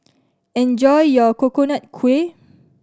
enjoy your Coconut Kuih